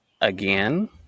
again